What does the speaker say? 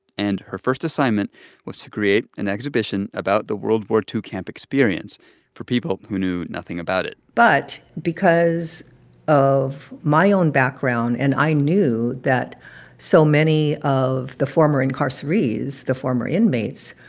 and her first assignment was to create an exhibition about the world war ii camp experience for people who knew nothing about it but because of my own background and i knew that so many of the former incarcerees, the former inmates,